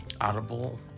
Audible